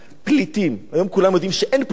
הפליטים, היום כולם יודעים שאין פליטים.